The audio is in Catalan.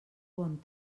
bon